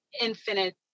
infinite